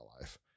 life